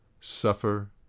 Suffer